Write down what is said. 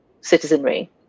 citizenry